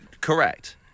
correct